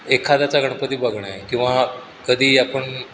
एखाद्याचा गणपती बघणे किंवा कधी आपण